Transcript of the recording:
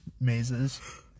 mazes